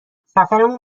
سفرمون